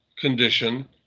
condition